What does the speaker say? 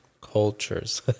cultures